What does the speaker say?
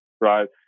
right